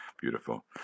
beautiful